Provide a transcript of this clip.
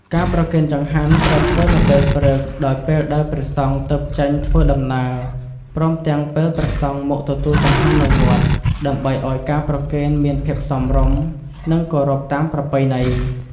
ការប្រគេនចង្ហាន់ត្រូវធ្វើនៅពេលព្រឹក ដោយពេលដែលព្រះសង្ឃទើបចេញធ្វើដំណើរ ព្រមទាំងពេលព្រះសង្ឃមកទទួលចង្ហាន់នៅវត្ត ដើម្បីឲ្យការប្រគេនមានភាពសមរម្យ និងគោរពតាមប្រពៃណី។